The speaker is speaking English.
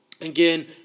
Again